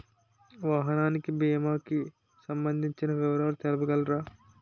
వాహనానికి భీమా కి సంబందించిన వివరాలు చెప్పగలరా?